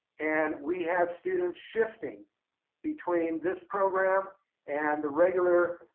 and we had students shifting between this program and the regular